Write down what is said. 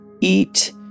eat